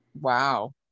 Wow